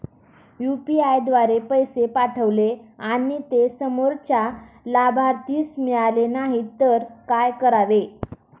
UPI द्वारे पैसे पाठवले आणि ते समोरच्या लाभार्थीस मिळाले नाही तर काय करावे?